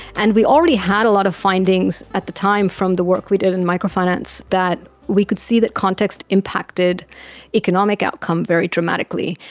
and we already had a lot of findings at the time from the work we did in micro-finance, that we could see that context impacted economic outcome very dramatically.